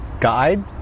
guide